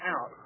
out